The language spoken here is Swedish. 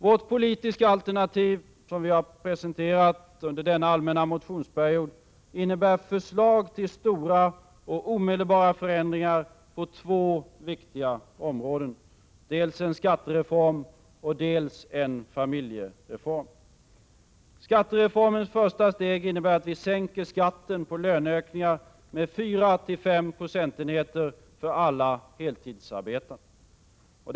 Vårt politiska alternativ, som vi har presenterat under denna allmänna motionsperiod, innebär förslag till stora och omedelbara förändringar på två viktiga områden: dels en skattereform, dels en familjereform. Skattereformens första steg innebär att vi sänker skatten på löneökningar med 4—5 procentenheter för alla heltidsarbetande.